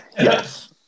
Yes